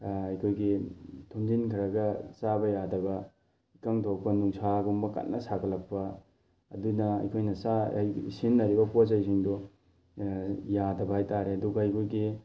ꯑꯩꯈꯣꯏꯒꯤ ꯊꯨꯝꯖꯤꯟ ꯈꯔꯒ ꯆꯥꯕ ꯌꯥꯗꯕ ꯏꯀꯪ ꯊꯣꯛꯄ ꯅꯨꯡꯁꯥꯒꯨꯝꯕ ꯀꯟꯅ ꯁꯥꯒꯠꯂꯛꯄ ꯑꯗꯨꯅ ꯑꯩꯈꯣꯏꯅ ꯆꯥ ꯁꯤꯖꯤꯟꯅꯔꯤꯕ ꯄꯣꯠꯆꯩꯁꯤꯡꯗꯣ ꯌꯥꯗꯕ ꯍꯥꯏꯇꯥꯔꯦ ꯑꯗꯨꯒ ꯑꯩꯈꯣꯏꯒꯤ